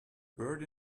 bird